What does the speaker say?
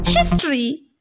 History